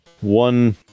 one